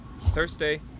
Thursday